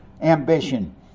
ambition